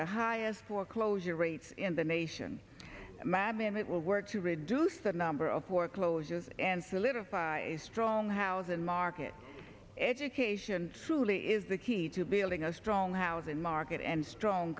the highest foreclosure rates in the nation a madman that will work to reduce the number of foreclosures and solidify a strong housing market education truly is the key to building a strong housing market and strong